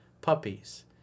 puppies